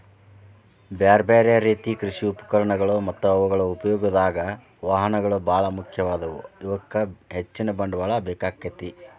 ಬ್ಯಾರ್ಬ್ಯಾರೇ ರೇತಿ ಕೃಷಿ ಉಪಕರಣಗಳು ಮತ್ತ ಅವುಗಳ ಉಪಯೋಗದಾಗ, ವಾಹನಗಳು ಬಾಳ ಮುಖ್ಯವಾದವು, ಇವಕ್ಕ ಹೆಚ್ಚಿನ ಬಂಡವಾಳ ಬೇಕಾಕ್ಕೆತಿ